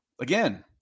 Again